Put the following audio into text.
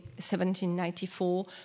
1794